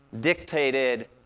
dictated